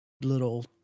little